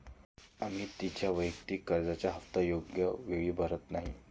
अमिता तिच्या वैयक्तिक कर्जाचा हप्ता योग्य वेळी भरत नाही